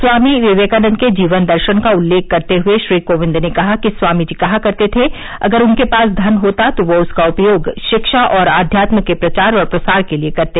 स्वामी विवेकानन्द के जीवन दर्शन का उल्लेख करते हुए श्री कोविंद ने कहा कि स्वामी जी कहा करते थे कि अगर उनके पास धन होता तो वह उसका उपयोग शिक्षा और आध्यात्म के प्रचार और प्रसार के लिये करते